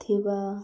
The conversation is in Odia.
ଥିବା